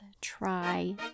try